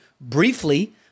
briefly